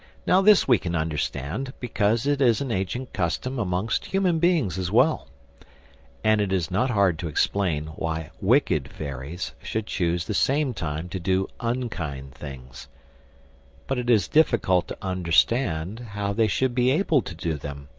now this we can understand, because it is an ancient custom amongst human beings as well and it is not hard to explain why wicked fairies should choose the same time to do unkind things but it is difficult to understand how they should be able to do them,